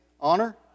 honor